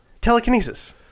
Telekinesis